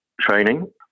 training